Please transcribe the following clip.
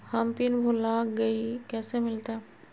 हम पिन भूला गई, कैसे मिलते?